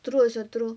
throw is a throw